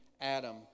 Adam